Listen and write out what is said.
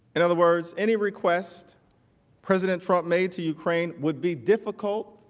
in other words, any request president trump made to ukraine would be difficult